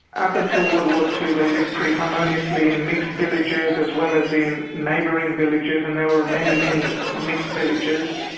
up until world war ii they lived pretty harmoniously in mixed villages as well as in neighbouring villages, and there were many, many mixed villages.